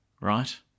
right